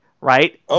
right